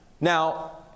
Now